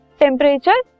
temperature